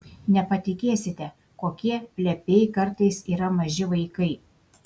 nepatikėsite kokie plepiai kartais yra maži vaikai